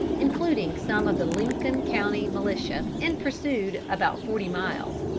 including some of the lincoln county militia, and pursued about forty miles.